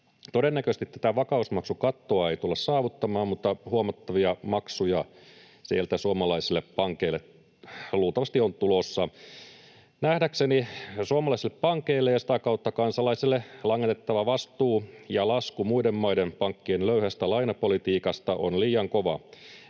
Todennäköisesti tätä vakausmaksukattoa ei tulla saavuttamaan, mutta huomattavia maksuja sieltä suomalaisille pankeille luultavasti on tulossa. Nähdäkseni suomalaisille pankeille ja sitä kautta kansalaisille langetettava vastuu ja lasku muiden maiden pankkien löyhästä lainapolitiikasta on liian kova.